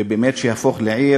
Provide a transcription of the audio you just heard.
ובאמת שיהפוך לעיר,